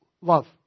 love